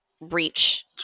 Reach